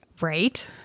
Right